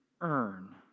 earn